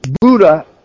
Buddha